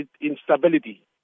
instability